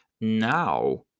Now